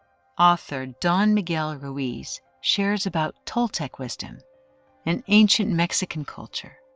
author, don miguel ruiz, shares about toltec wisdom an ancient mexican culture.